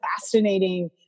fascinating